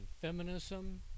Feminism